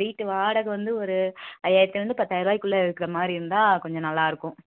வீட்டு வாடகை வந்து ஒரு ஐயாயிரத்திலருந்து பத்தாயிரரூவாக்குள்ள இருக்கிற மாதிரி இருந்தால் கொஞ்சம் நல்லா இருக்கும்